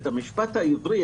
את המשפט העברי,